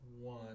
one